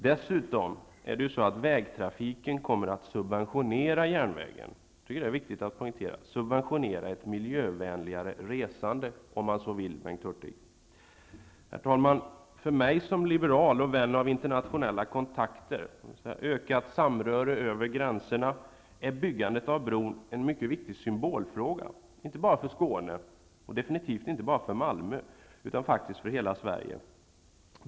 Dessutom är det ju så, Bengt Hurtig, att vägtrafiken kommer att subventionera järnvägen, det är viktigt att poängtera, och därigenom om man så vill ett miljövänligare resande. Herr talman! För mig som liberal och vän av internationella kontakter, ökat samröre över gränser, är byggandet av bron en mycket viktig symbolfråga inte bara för Skåne och definitivt inte bara för Malmö, utan faktiskt för hela Sverige.